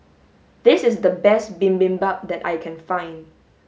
this is the best bibimbap that I can find